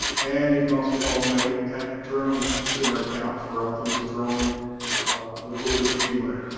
and you can also follow my at drums singer account for all things drone with a little bit of humor